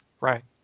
Right